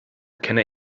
kenne